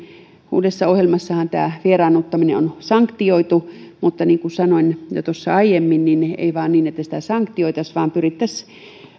uudessa ohjelmassahan tämä vieraannuttaminen on sanktioitu mutta niin kuin sanoin jo tuossa aiemmin ei vain niin että sitä sanktioitaisiin vaan pyrittäisiin